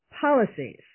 policies